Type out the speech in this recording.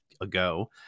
ago